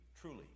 truly